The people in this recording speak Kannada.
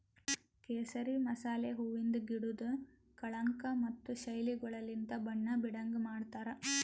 ಕೇಸರಿ ಮಸಾಲೆ ಹೂವಿಂದ್ ಗಿಡುದ್ ಕಳಂಕ ಮತ್ತ ಶೈಲಿಗೊಳಲಿಂತ್ ಬಣ್ಣ ಬೀಡಂಗ್ ಮಾಡ್ತಾರ್